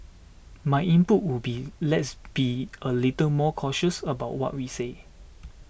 my input would be let's be a little more cautious about what we say